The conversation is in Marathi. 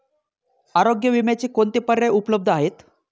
आरोग्य विम्याचे कोणते पर्याय उपलब्ध आहेत?